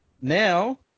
now